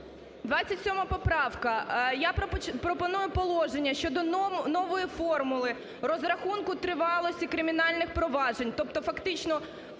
27 поправка, я пропоную положення щодо нової формули розрахунку тривалості кримінальних проваджень. Тобто фактично